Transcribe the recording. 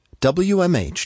WMH